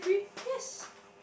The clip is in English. yes